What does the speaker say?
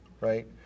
right